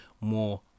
more